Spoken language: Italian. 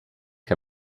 che